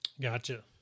Gotcha